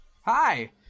Hi